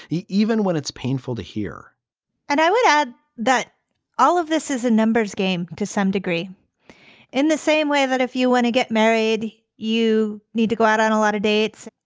even when it's painful to hear and i would add that all of this is a numbers game to some degree in the same way that if you want to get married, you need to go out on a lot of dates.